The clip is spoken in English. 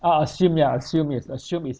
a'ah assume ya assume yes assume is